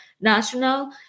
national